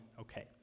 okay